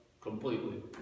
Completely